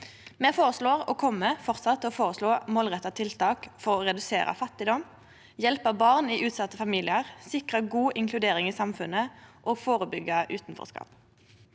Me føreslår og kjem framleis til å føreslå målretta tiltak for å redusere fattigdom, hjelpe barn i utsette familiar, sikre god inkludering i samfunnet og førebyggje utanforskap.